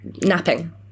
napping